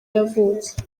yavutse